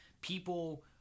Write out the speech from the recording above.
people